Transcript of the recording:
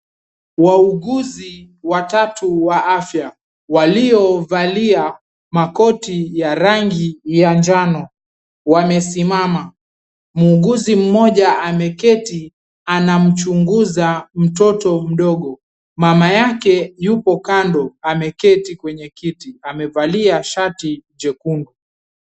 Wauguzi watatu wa afya waliovalia makoti ya rangi ya njano wamesimama, muuguzi mmoja ameketi anamchunguza mtoto mdogo mama yake yupo kando ameketi kwenye kiti amevalia shati jekundu.